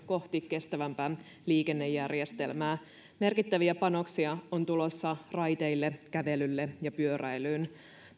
kohti kestävämpää liikennejärjestelmää merkittäviä panoksia on tulossa raiteille kävelylle ja pyöräilyyn